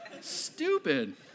Stupid